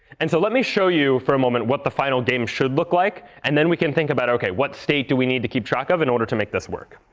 and so, let me show you for a moment what the final game should look like. and then we can think about, ok, what state do we need to keep track of in order to make this work?